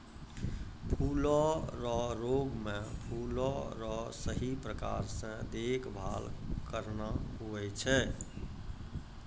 फूलो रो रोग मे फूलो रो सही प्रकार से देखभाल करना हुवै छै